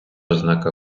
ознака